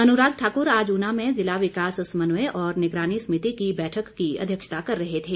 अनुराग ठाकुर आज ऊना में जिला विकास समन्वय और निगरानी समिति की बैठक की अध्यक्षता कर रहे थे